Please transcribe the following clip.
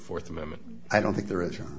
the th amendment i don't think there is your